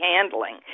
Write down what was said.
handling